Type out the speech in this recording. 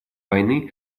войны